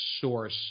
source